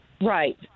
right